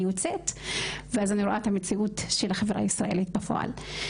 אני יוצאת ואז אני רואה את המציאות של החברה הישראלית בפועל.